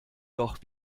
doch